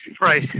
right